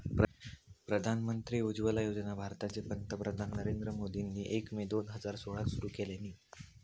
प्रधानमंत्री उज्ज्वला योजना भारताचे पंतप्रधान नरेंद्र मोदींनी एक मे दोन हजार सोळाक सुरू केल्यानी